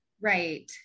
Right